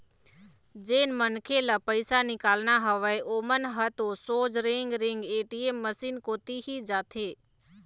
जेन मनखे ल पइसा निकालना हवय ओमन ह तो सोझ रेंगे रेंग ए.टी.एम मसीन कोती ही जाथे